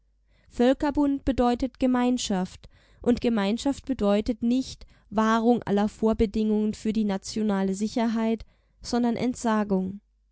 völkerbund bedeutet gemeinschaft und gemeinschaft bedeutet nicht wahrung aller vorbedingungen für die nationale sicherheit sondern entsagung